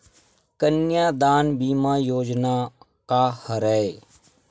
कन्यादान बीमा योजना का हरय?